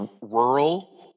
rural